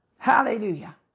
Hallelujah